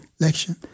election